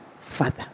Father